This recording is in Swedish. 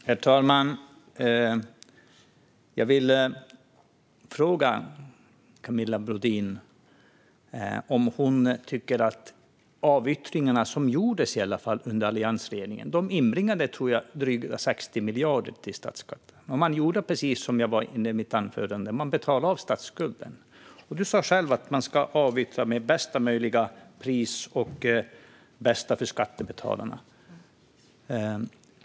Herr talman! Jag vill fråga Camilla Brodin vad hon tycker om de avyttringar som gjordes under alliansregeringen. De inbringade i alla fall drygt 160 miljarder, tror jag, till statskassan. Som jag var inne på i mitt anförande betalade man av statsskulden. Camilla Brodin sa själv att man ska avyttra med bästa möjliga pris och utifrån vad som är bäst för skattebetalarna.